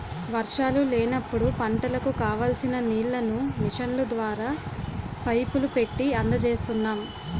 వర్షాలు లేనప్పుడు పంటలకు కావాల్సిన నీళ్ళను మిషన్ల ద్వారా, పైపులు పెట్టీ అందజేస్తున్నాం